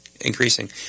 increasing